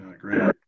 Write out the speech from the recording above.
great